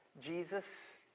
Jesus